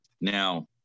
Now